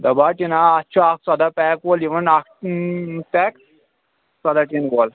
ڈبہٕ ہا ٹیٖن ہا اَتھ چھُ اکھ ژۄداہ پیک وول یِوان اکھ پیک ژۄداہ ٹیٖن وول